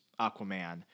Aquaman